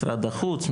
משרד החוץ,